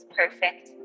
perfect